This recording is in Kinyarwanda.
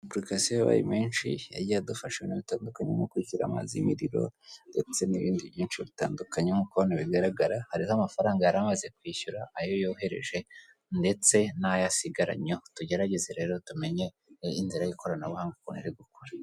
Amapurikasiyo baye menshi yagiye adufasha ibintu bitandukanye mu kwishyira amazi n'imiriro, ndetse n'ibindi byinshi bitandukanye nk'uko hano bigaragara, hariho amafaranga yari amaze kwishyura, ayo yohereje ndetse n'ayo asigaranyeho, tugerageze rero tumenye inzira y'ikoranabuhanga ukuntu iri gukora.